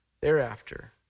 thereafter